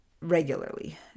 regularly